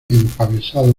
empavesado